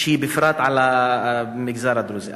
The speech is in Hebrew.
שהיא בפרט על המגזר הדרוזי,